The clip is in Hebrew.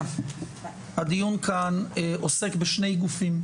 הדיון כאן עוסק בשני גופים,